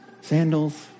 Sandals